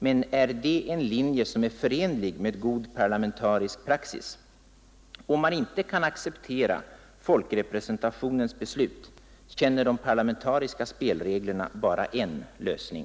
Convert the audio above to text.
Men är det en linje som är förenlig med god parlamentarisk praxis? Om man inte kan acceptera folkrepresentationens beslut, känner de parlamentariska spelreglerna bara en lösning.